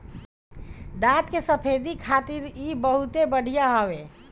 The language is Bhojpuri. दांत के सफेदी खातिर इ बहुते बढ़िया हवे